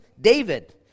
David